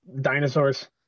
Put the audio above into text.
Dinosaurs